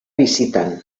bizitan